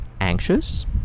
anxious